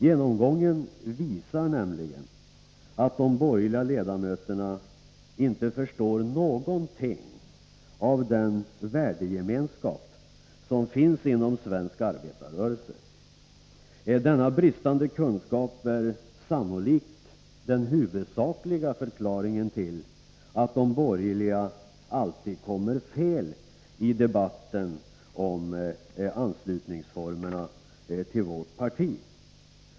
Genomgången visar nämligen att de borgerliga ledamöterna inte förstår någonting av den värdegemenskap som finns inom svensk arbetarrörelse. Denna bristande kunskap är sannolikt den huvudsakliga förklaringen till att de borgerliga alltid kommer fel i debatten om formerna för anslutning till vårt parti.